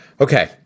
Okay